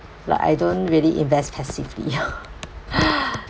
like I don't really invest passively